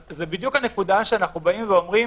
זאת בדיוק הנקודה שאנחנו באים ואומרים